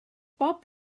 bob